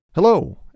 Hello